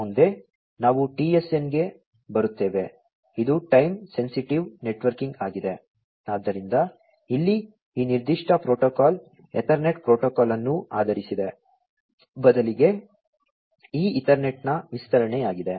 ಮುಂದೆ ನಾವು TSN ಗೆ ಬರುತ್ತೇವೆ ಇದು ಟೈಮ್ ಸೆನ್ಸಿಟಿವ್ ನೆಟ್ವರ್ಕಿಂಗ್ ಆಗಿದೆ ಆದ್ದರಿಂದ ಇಲ್ಲಿ ಈ ನಿರ್ದಿಷ್ಟ ಪ್ರೋಟೋಕಾಲ್ ಎತರ್ನೆಟ್ ಪ್ರೋಟೋಕಾಲ್ ಅನ್ನು ಆಧರಿಸಿದೆ ಬದಲಿಗೆ ಇದು ಈಥರ್ನೆಟ್ನ ವಿಸ್ತರಣೆಯಾಗಿದೆ